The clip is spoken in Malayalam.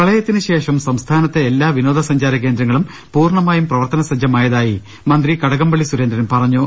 പ്രളയത്തിന് ശേഷം സംസ്ഥാനത്തെ എല്ലാ വിനോദ സഞ്ചാര കേന്ദ്രങ്ങളും പൂർണമായും പ്രവർത്തനസജ്ജമായതായി മന്ത്രി കടകംപള്ളി സുരേന്ദ്രൻ പറ ഞ്ഞു